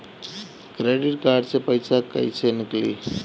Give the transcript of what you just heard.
Credit card से पईसा केइसे निकली?